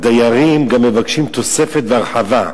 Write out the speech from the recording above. הדיירים גם מבקשים תוספת והרחבה.